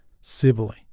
civilly